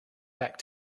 back